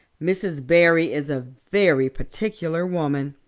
mrs. barry is a very particular woman.